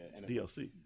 DLC